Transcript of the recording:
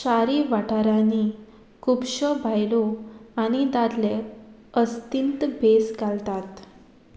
शारी वाठारांनी खुबश्यो बायलो आनी दादले अस्तिंत भेस घालतात